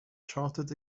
chartered